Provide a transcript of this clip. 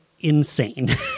insane